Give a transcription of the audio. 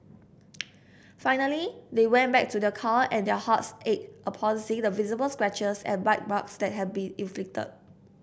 finally they went back to their car and their hearts ached upon seeing the visible scratches and bite marks that had been inflicted